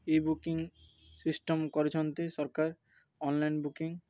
ଇ booking system କରିଛନ୍ତି ସରକାର online booking